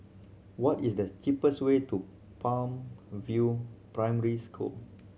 what is the cheapest way to Palm View Primary School